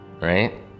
right